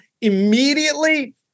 immediately